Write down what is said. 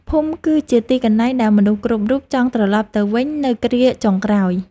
ភូមិគឺជាទីកន្លែងដែលមនុស្សគ្រប់រូបចង់ត្រឡប់ទៅវិញនៅគ្រាចុងក្រោយ។